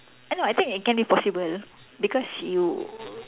I know I think it can be possible because you